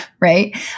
right